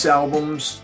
albums